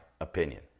opinion